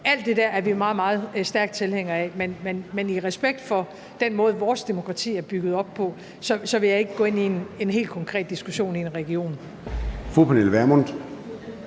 vi er meget, meget stærke tilhængere af. Men i respekt for den måde, vores demokrati er bygget op på, vil jeg ikke gå ind i en helt konkret diskussion i en region.